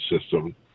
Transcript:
system